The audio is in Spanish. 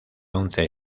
once